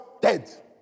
dead